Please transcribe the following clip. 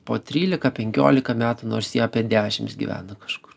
po trylika penkiolika metų nors jie apie dešimts gyvena kažkur